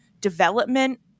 development